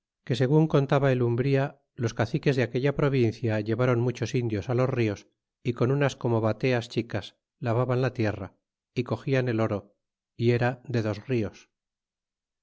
que segun contaba el umbria los caciques de aquella provincia llevaron muchos indios te los ritos y con unas como bateas chicas lavaban la tierra y cogian el oro y era de dos ajos